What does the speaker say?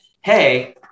hey